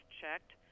checked